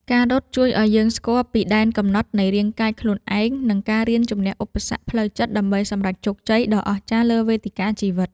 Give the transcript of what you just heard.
ការរត់ជួយឱ្យយើងស្គាល់ពីដែនកំណត់នៃរាងកាយខ្លួនឯង និងការរៀនជម្នះឧបសគ្គផ្លូវចិត្តដើម្បីសម្រេចជោគជ័យដ៏អស្ចារ្យលើវេទិកាជីវិត។